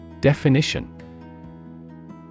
Definition